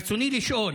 ברצוני לשאול: